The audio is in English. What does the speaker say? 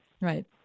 right